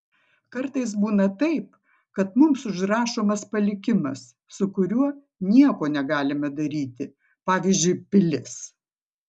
kartais būna taip kad mums užrašomas palikimas su kuriuo nieko negalime daryti pavyzdžiui pilis